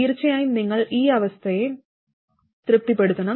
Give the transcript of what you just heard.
തീർച്ചയായും നിങ്ങൾ ഈ അവസ്ഥയെ തൃപ്തിപ്പെടുത്തണം